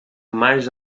mais